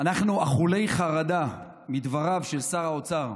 "אנחנו אכולי חרדה מדבריו של שר האוצר".